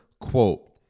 quote